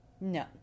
No